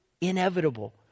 Inevitable